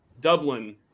dublin